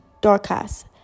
Dorcas